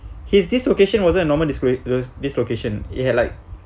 his dislocation wasn't normal dis~ dislocation it had like